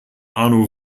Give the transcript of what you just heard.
arno